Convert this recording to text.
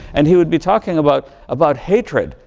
and he would be talking about about hatred,